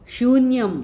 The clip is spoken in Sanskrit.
शून्यम्